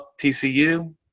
TCU